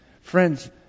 Friends